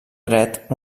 dret